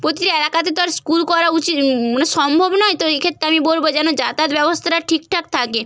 প্রতিটা এলাকাতে তার স্কুল করা উচিত মানে সম্ভব নয় তো এইক্ষেত্রে আমি বলব যেন যাতায়াত ব্যবস্থাটা ঠিকঠাক থাকে